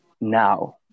now